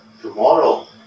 tomorrow